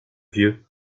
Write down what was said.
vieux